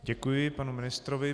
Děkuji panu ministrovi.